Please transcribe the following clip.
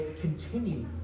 continue